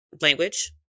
language